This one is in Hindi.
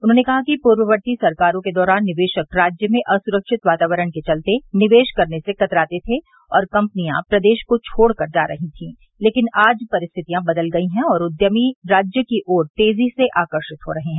उन्होंने कहा कि पूर्ववर्ती सरकारों के दौरान निवेशक राज्य में असुरक्षित वातावरण के चलते निवेश करने से कतराते थे और कम्पनियां प्रदेश को छोड़ कर जा रही थी लेकिन आज परिस्थितियां बदल गई है और उद्यमी राज्य की ओर तेजी से आकर्षित हो रहे हैं